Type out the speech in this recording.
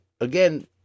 again